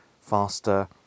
faster